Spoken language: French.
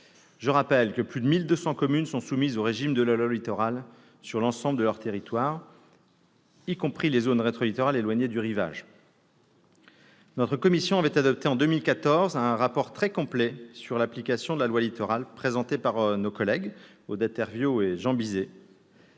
Je rappelle que plus de 1 200 communes sont soumises au régime de la loi Littoral, sur l'ensemble de leur territoire, y compris les zones rétro-littorales éloignées du rivage. Notre commission avait adopté en 2014 un rapport très complet sur l'application de la loi Littoral, présenté par nos collègues Odette Herviaux et Jean Bizet.